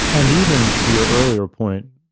and even to your earlier point,